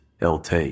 LT